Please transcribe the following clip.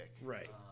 Right